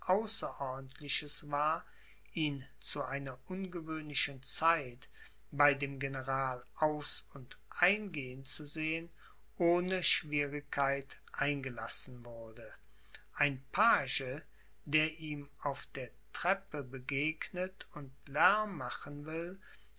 außerordentliches war ihn zu einer ungewöhnlichen zeit bei dem general ausund eingehen zu sehen ohne schwierigkeit eingelassen wurde ein page der ihm auf der treppe begegnet und lärm machen will